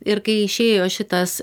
ir kai išėjo šitas